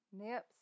Nips